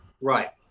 right